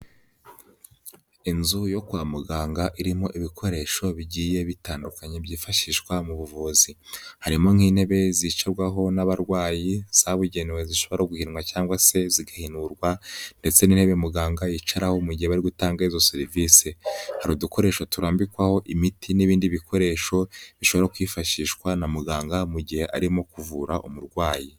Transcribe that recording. Inzu yo kwa muganga irimo ibikoresho bigiye bitandukanye byifashishwa mu buvuzi, harimo nk'intebe zicarwaho n'abarwayi zabugenewe zishobora guhinwa cyangwa se zigahinurwa ndetse n'intebe muganga yicaraho mu gihe bari gutanga izo serivisi, hari udukoresho turarambikwaho imiti n'ibindi bikoresho bishobora kwifashishwa na muganga mu gihe arimo kuvura umurwayi.